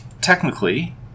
technically